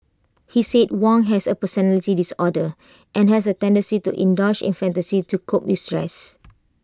he said Wong has A personality disorder and has A tendency to indulge in fantasy to cope with stress